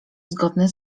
zgodne